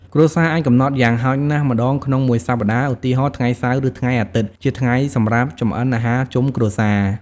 គ្រួសារអាចកំណត់យ៉ាងហោចណាស់ ម្ដងក្នុងមួយសប្ដាហ៍ ឧទាហរណ៍ ថ្ងៃសៅរ៍ ឬថ្ងៃអាទិត្យជាថ្ងៃសម្រាប់ចម្អិនអាហារជុំគ្រួសារ ។